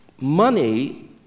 Money